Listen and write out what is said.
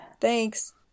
thanks